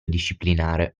disciplinare